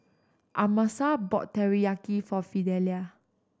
Amasa bought Teriyaki for Fidelia